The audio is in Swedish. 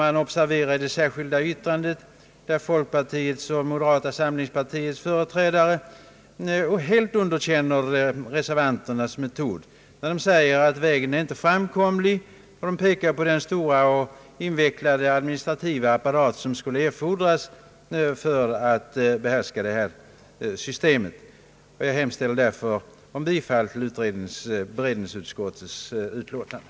I det särskilda yttrandet har folkpartiet och moderata samlingspartiet helt underkänt reservanternas metod och ansett att den vägen inte är framkomlig. Man har pekat på den stora och invecklade administrativa apparat som skulle erfordras för att behärska det föreslagna systemet. Jag hemställer om bifall till beredningsutskottets utlåtande.